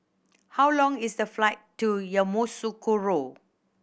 how long is the flight to Yamoussoukro